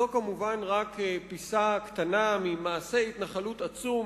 זו כמובן רק פיסה קטנה ממעשה התנחלות עצום